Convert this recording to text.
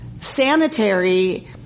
sanitary